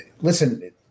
listen